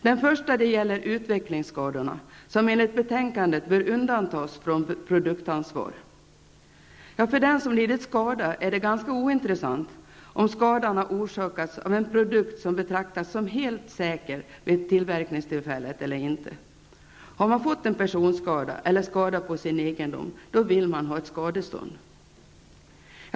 Den första punkten gäller utvecklingsskadorna, som enligt betänkandet bör undantas från produktansvar. För den som lidit skada är det ganska ointressant om skadan har orsakats av en produkt som har betraktats som helt säker vid tillverkningstillfället eller inte. Har man fått en personskada eller skada på sin egendom vill man ha ett skadestånd.